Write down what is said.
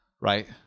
right